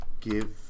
Give